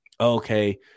okay